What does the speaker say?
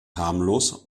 harmlos